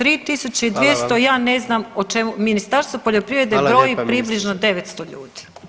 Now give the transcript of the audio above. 3.200 ja ne znam [[Upadica: Hvala vam.]] o čemu, Ministarstvo poljoprivrede broji [[Upadica: Hvala lijepa ministrice.]] približno 900 ljudi.